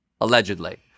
allegedly